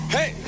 Hey